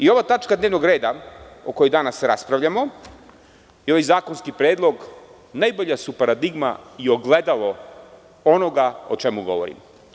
Ova tačka dnevnog reda o kojoj danas raspravljamo i ovaj zakonski predlog najbolja su paradigma i ogledalo onoga o čemu govorim.